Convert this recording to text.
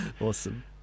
awesome